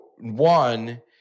one